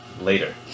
later